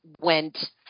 went